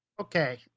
okay